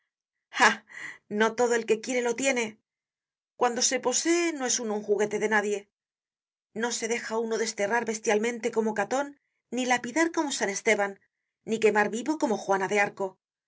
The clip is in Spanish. no todo el que quiere lo tiene cuando se posee no es uno juguete de nadie no se deja uno desterrar bestialmente como caton ni lapidar como san estéban ni quemar vivo como juana de arco los